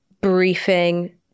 briefing